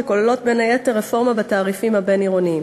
שכוללות בין היתר רפורמה בתעריפים הבין-עירוניים.